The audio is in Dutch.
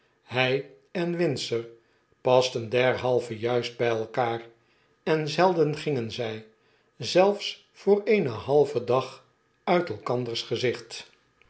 hjj en windsor pasten derhalve juist bij elkaar en zelden gingen zjj zelfs voor eenen halven dag uit elkanders gezicht